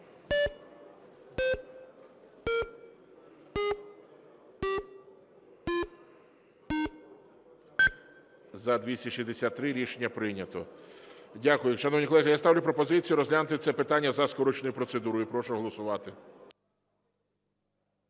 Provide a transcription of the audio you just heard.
За-263 Рішення прийнято. Дякую. Шановні колеги, я ставлю пропозицію розглянути це питання за скороченою процедурою. Прошу голосувати.